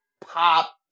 pop